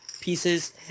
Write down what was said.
pieces